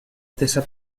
stessa